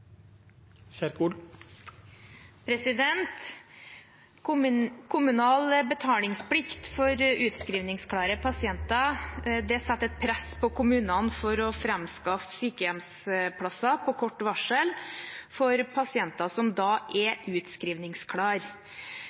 blir replikkordskifte. Kommunal betalingsplikt for utskrivningsklare pasienter legger et press på kommunene for å framskaffe sykehjemsplasser på kort varsel for pasienter som er